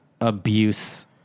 abuse